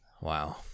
Wow